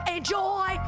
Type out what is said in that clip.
Enjoy